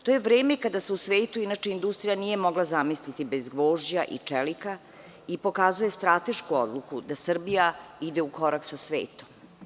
To je vreme kada se u svetu industrija nije mogla zamisliti bez gvožđa i čelika i pokazuje stratešku odluku da Srbija ide u korak sa svetom.